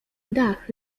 dach